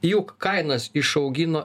juk kainas išaugino